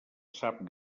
sap